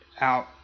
out